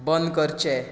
बंद करचें